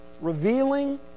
revealing